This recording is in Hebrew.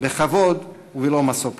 בכבוד ובלא משוא פנים.